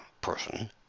person